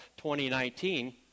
2019